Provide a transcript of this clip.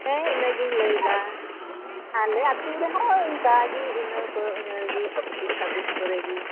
ᱦᱮᱸ ᱤᱱᱟᱹᱜᱮᱧ ᱞᱟᱹᱭᱮᱫᱟ ᱟᱞᱮ ᱟᱛᱳ ᱨᱮᱦᱚᱸ ᱮᱱᱠᱟᱜᱮ ᱤᱱᱟᱹ ᱠᱚ ᱤᱱᱟᱹᱜᱮ ᱯᱚᱪᱤᱥ ᱪᱷᱟᱵᱤᱥ ᱠᱚᱨᱮ ᱜᱮ